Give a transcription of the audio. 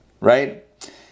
right